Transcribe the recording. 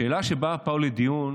השאלה שבאה פה לדיון